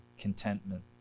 contentment